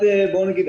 בוא נגיד,